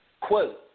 quote